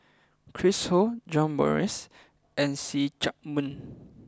Chris Ho John Morrice and See Chak Mun